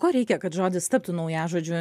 ko reikia kad žodis taptų naujažodžiu